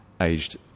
aged